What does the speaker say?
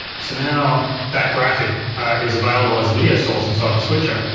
so now that graphic is available as a video source inside the switcher,